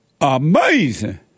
Amazing